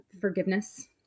forgiveness